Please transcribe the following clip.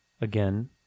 Again